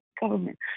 government